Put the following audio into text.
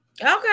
okay